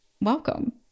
Welcome